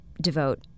devote